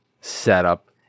setup